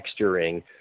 texturing